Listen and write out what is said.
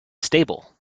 stable